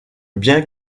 bien